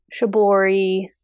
shibori